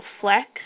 flex